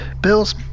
Bill's